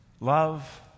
Love